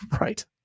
Right